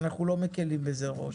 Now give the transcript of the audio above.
אנחנו לא מקילים בזה ראש.